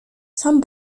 some